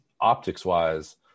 optics-wise